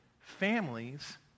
families